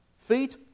Feet